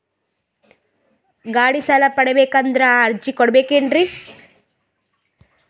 ಗಾಡಿ ಸಾಲ ಪಡಿಬೇಕಂದರ ಅರ್ಜಿ ಕೊಡಬೇಕೆನ್ರಿ?